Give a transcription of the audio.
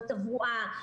בתברואה,